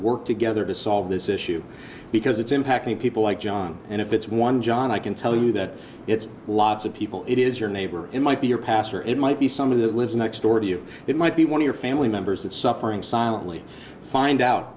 work together to solve this issue because it's impacting people like john and if it's one john i can tell you that it's lots of people it is your neighbor it might be your pastor it might be some of that lives next door to you it might be one of your family members that's suffering silently find out